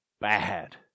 bad